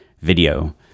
video